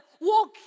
Walk